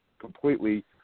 completely